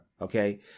Okay